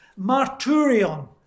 Marturion